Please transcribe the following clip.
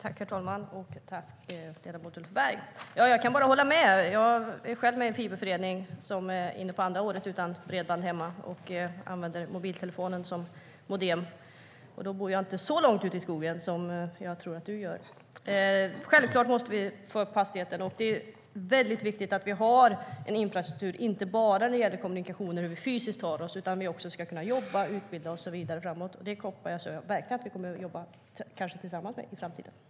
LandsbygdspolitikJag kan bara hålla med. Jag är själv med i en fiberförening och är inne på andra året utan bredband hemma och använder mobiltelefonen som modem, och då bor jag inte så långt ut i skogen som jag tror att du gör. Jag hoppas verkligen att vi kommer att jobba med det i framtiden, kanske tillsammans.